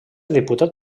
diputat